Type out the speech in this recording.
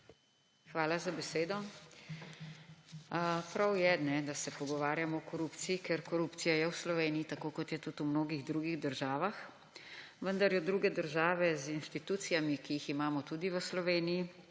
Hvala za besedo. Prav je, da se pogovarjamo o korupciji, ker korupcija je v Sloveniji, tako kot je tudi v mnogih drugih državah, vendar jo druge države z inštitucijami, ki jih imamo tudi v Sloveniji,